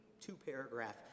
two-paragraph